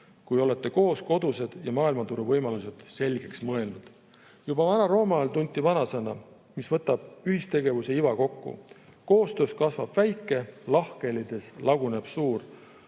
kui olete koos kodused ja maailmaturu võimalused selgeks mõelnud. Juba Vana-Rooma ajal tunti vanasõna, mis võtab ühistegevuse iva kokku nii: koostöös kasvab väike, lahkhelides laguneb suur.